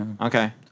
Okay